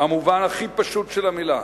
במובן הכי פשוט של המלה.